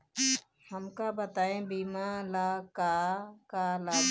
हमका बताई बीमा ला का का लागी?